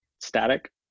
static